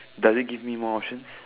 doesn't give me more options